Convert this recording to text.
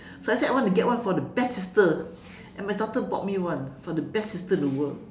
so I said I want to get one for the best sister and my daughter bought me one for the best sister in the world